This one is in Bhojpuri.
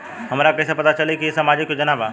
हमरा के कइसे पता चलेगा की इ सामाजिक योजना बा?